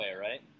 right